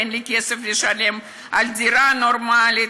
אין לי כסף לשלם על דירה נורמלית,